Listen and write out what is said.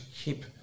keep